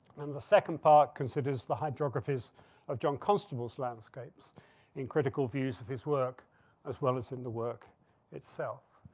and the second part considers the hydrographies of john constable's landscapes in critical views of his work as well as in the work itself.